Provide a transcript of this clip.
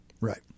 right